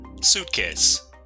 Suitcase